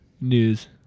News